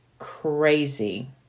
crazy